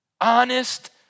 Honest